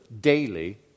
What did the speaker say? daily